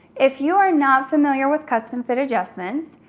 if you are not familiar with custom fit adjustments,